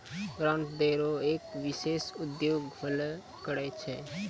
grant दै रो एक विशेष उद्देश्य होलो करै छै